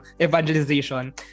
evangelization